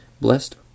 blessed